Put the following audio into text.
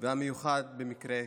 והמיוחד במקרה כזה.